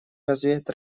развеять